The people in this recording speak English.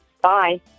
Bye